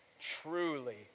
truly